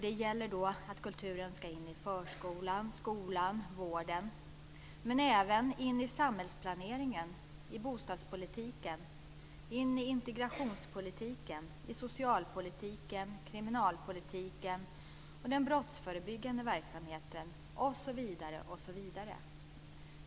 Det gäller att kulturen ska in i förskolan, skolan och vården, men även in i samhällsplaneringen, i bostadspolitiken, i integrationspolitiken, i socialpolitiken, kriminalpolitiken och den brottsförebyggande verksamheten osv.